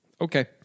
Okay